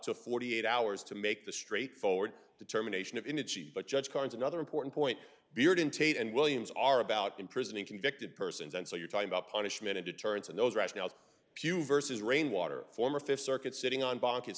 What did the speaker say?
to forty eight hours to make the straightforward determination of energy but judge carnes another important point bearden tate and williams are about imprisoning convicted persons and so you're talking about punishment of deterrence and those rationales few versus rainwater former fifth circuit sitting on bo